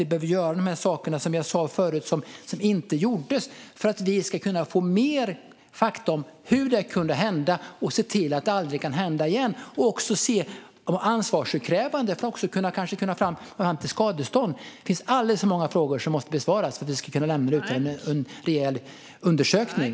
Vi behöver göra de saker, som jag sa förut, som inte gjordes för att vi ska kunna få mer fakta om hur detta kunde hända och se till att det aldrig kan hända igen. Det handlar också om ansvarsutkrävande och om att kanske kunna komma fram till skadestånd. Det finns alldeles för många frågor som måste besvaras för att vi ska kunna lämna detta utan en rejäl undersökning.